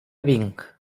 vinc